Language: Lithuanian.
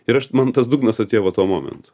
ir aš man tas dugnas atėjo va tuo momentu